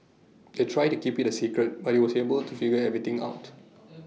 they tried to keep IT A secret but he was able to figure everything out